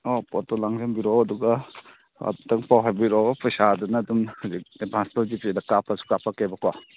ꯑꯥ ꯄꯣꯠꯇꯣ ꯂꯥꯡꯖꯟꯕꯤꯔꯣ ꯑꯗꯨꯒ ꯑꯃꯨꯛꯇꯪ ꯄꯥꯎ ꯍꯥꯏꯕꯤꯔꯛꯑꯣ ꯄꯩꯁꯥꯗꯨꯅ ꯑꯗꯨꯝ ꯍꯧꯖꯤꯛ ꯑꯦꯗꯕꯥꯟꯁꯇꯨ ꯖꯤ ꯄꯦꯗ ꯀꯥꯞꯄꯁꯨ ꯀꯥꯞꯂꯛꯀꯦꯕꯀꯣ